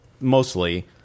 mostly